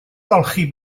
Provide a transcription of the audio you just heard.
golchi